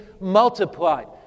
multiplied